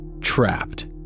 Trapped